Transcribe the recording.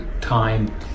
time